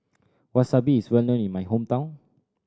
Wasabi is well known in my hometown